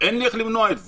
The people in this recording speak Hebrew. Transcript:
ואין לי איך למנוע את זה.